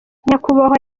nyakubahwa